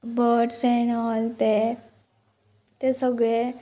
birds and all तें तें सगळे